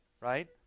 Right